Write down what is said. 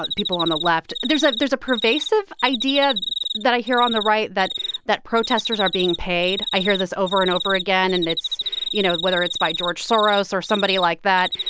but people on the left. there's ah there's a pervasive idea that i hear on the right that that protesters are being paid. i hear this over and over again, and it's you know, whether it's by george soros or somebody like that.